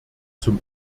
zum